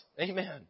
Amen